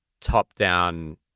top-down